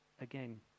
Again